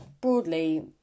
broadly